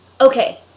okay